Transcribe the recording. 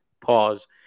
Pause